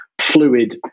fluid